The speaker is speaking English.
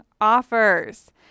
offers